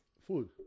food